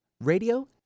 radio